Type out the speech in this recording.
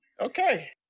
okay